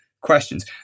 questions